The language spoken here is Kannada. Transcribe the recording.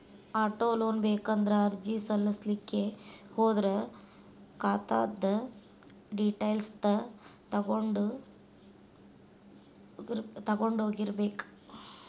ಆಟೊಲೊನ್ ಬೇಕಂದ್ರ ಅರ್ಜಿ ಸಲ್ಲಸ್ಲಿಕ್ಕೆ ಹೋದ್ರ ಖಾತಾದ್ದ್ ಡಿಟೈಲ್ಸ್ ತಗೊಂಢೊಗಿರ್ಬೇಕ್